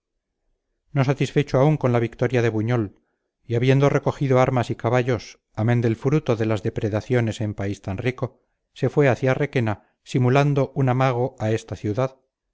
no satisfecho aún con la victoria de buñol y habiendo recogido armas y caballos amén del fruto de las depredaciones en país tan rico se fue hacia requena simulando un amago a esta ciudad